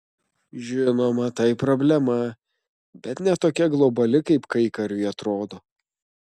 žinoma tai problema bet ne tokia globali kaip kaikariui atrodo